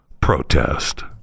protest